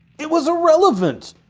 it was irrelevent!